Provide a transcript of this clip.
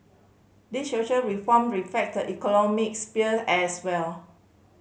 the social reform economic sphere as well